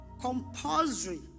compulsory